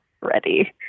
ready